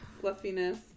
fluffiness